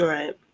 Right